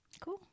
Cool